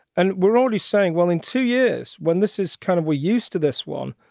and we're only saying, well, in two years when this is kind of we're used to this one.